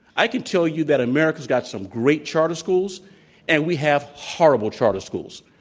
i can tell you that america's got some great charter schools and we have horrible charter schools.